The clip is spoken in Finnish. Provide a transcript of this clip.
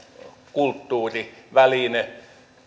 kulttuuriväline